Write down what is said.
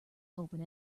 open